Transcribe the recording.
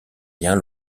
bien